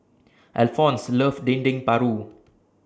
Alphonse loves Dendeng Paru